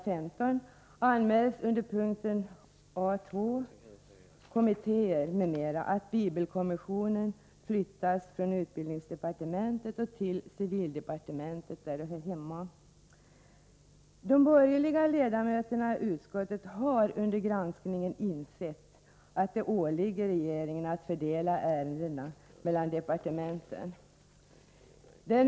15 — anmäls under punkten A 2 Kommittéer m.m., att bibelkommissionen flyttas från utbildningsdepartementet till civildepartementet, där den hör hemma. De borgerliga ledamöterna i utskottet har under granskningen insett att det åligger regeringen att fördela ärendena mellan departementen.